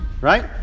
right